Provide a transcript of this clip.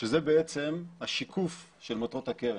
שזה בעצם השיקוף של מטרות הקרן.